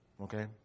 Okay